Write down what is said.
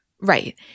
Right